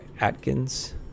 Atkins